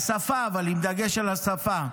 לשפה, עם דגש על השפה.